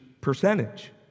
percentage